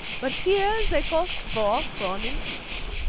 but here they cost four kronen each.